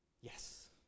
Yes